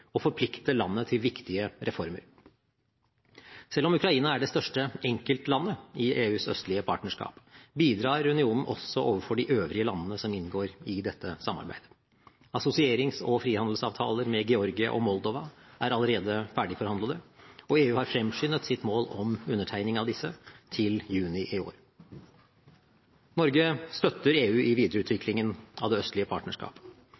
og forplikte landet til viktige reformer. Selv om Ukraina er det største enkeltlandet i EUs østlige partnerskap, bidrar unionen også overfor de øvrige landene som inngår i dette samarbeidet. Assosierings- og frihandelsavtaler med Georgia og Moldova er allerede ferdigforhandlede, og EU har fremskyndet sitt mål om undertegning av disse til juni i år. Norge støtter EU i videreutviklingen av Det østlige partnerskap.